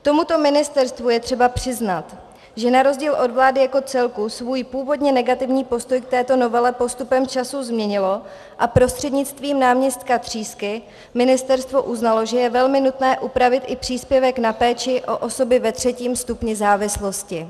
Tomuto ministerstvu je třeba přiznat, že na rozdíl od vlády jako celku svůj původně negativní postoj k této novele postupem času změnilo a prostřednictvím náměstka Třísky ministerstvo uznalo, že je velmi nutné upravit i příspěvek na péči o osoby ve třetím stupni závislosti.